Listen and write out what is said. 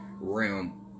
realm